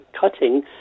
cutting